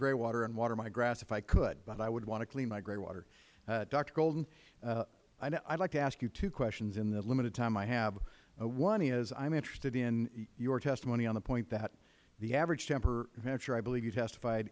gray water and water my grass if i could but i would want to clean my gray water doctor golden i would like to ask you two questions in the limited time i have one is i am interested in your testimony on the point that the average temperature i believe you testified